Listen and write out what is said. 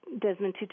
Desmond